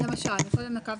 קודם נתת